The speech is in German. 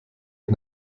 ich